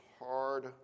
hard